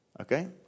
Okay